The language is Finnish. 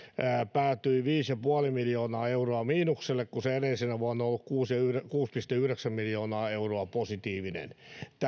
päätyi viisi ja puoli miljoonaa euroa miinukselle kun se edellisenä vuonna on ollut kuusi pilkku yhdeksän miljoonaa euroa positiivinen